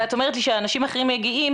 את אומרת לי שאנשים אחרים מגיעים,